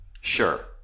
Sure